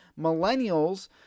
millennials